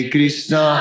Krishna